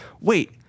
wait